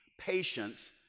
patience